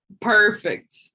Perfect